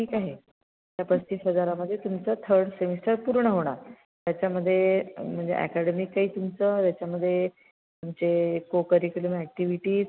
ठीक आहे त्या पस्तीस हजारामध्ये तुमचं थर्ड सेमिस्टर पूर्ण होणार त्याच्यामध्ये म्हणजे अकॅडमिक आहे तुमचं ह्याच्यामध्ये तुमचे को करिक्युलम ऍक्टिव्हिटीज